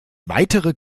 weitere